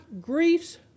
griefs